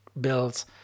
bills